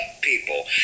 people